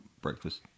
breakfast